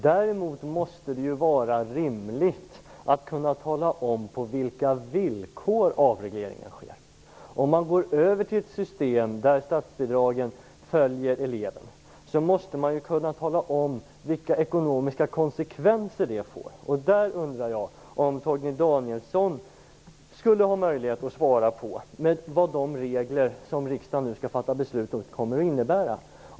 Däremot måste det vara rimligt att kunna tala om på vilka villkor avregleringen sker. Om man går över till ett system där statsbidraget följer eleven måste man kunna tala om vilka ekonomiska konsekvenser det får. Jag undrar om Torgny Danielsson har möjlighet att ge ett svar om vad de regler som riksdagen nu skall fatta beslut om kommer att innebära.